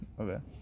Okay